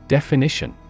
Definition